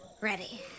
Ready